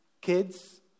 kids